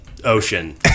Ocean